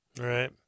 right